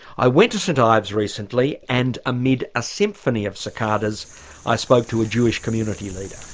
i went to st ives recently, and amid a symphony of cicadas i spoke to a jewish community leader.